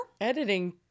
Editing